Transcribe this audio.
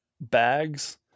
bags